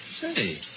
Say